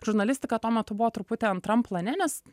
žurnalistika tuo metu buvo truputį antram plane nes